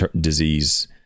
disease